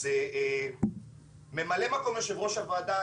אז מ"מ יו"ר הוועדה,